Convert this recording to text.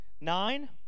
nine